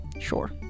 sure